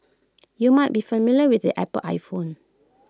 you might be familiar with the Apple iPhone